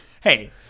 Hey